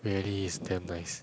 really is damn nice